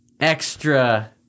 extra